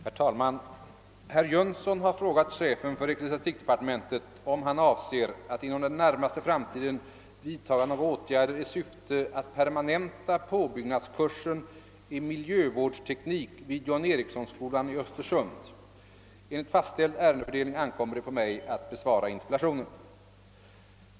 Herr talman! Herr Jönsson i Ingemarsgården har frågat chefen för ecklesiastikdepartementet, om han avser att inom den närmaste framtiden vidtaga några åtgärder i syfte att permanenta påbyggnadskursen i miljövårdsteknik vid John Ericsson-skolan i Östersund. Enligt fastställd ärendefördelning ankommer det på mig att besvara interpellationen.